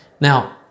Now